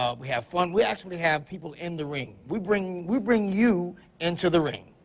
ah we have fun. we actually have people in the ring. we bring we bring you into the ring.